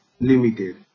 limited